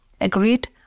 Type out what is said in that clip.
agreed